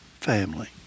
family